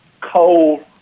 coal